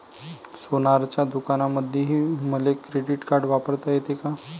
सोनाराच्या दुकानामंधीही मले क्रेडिट कार्ड वापरता येते का?